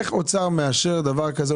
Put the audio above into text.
איך אוצר מאשר דבר כזה?